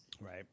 right